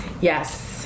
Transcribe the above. Yes